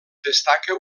destaca